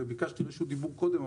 וביקשתי קודם רשות דיבור.